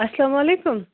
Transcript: السلام علیکُم